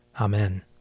Amen